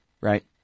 Right